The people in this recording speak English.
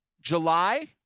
July